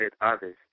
others